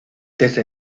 desde